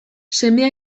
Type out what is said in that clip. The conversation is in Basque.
semea